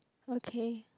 okay